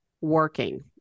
working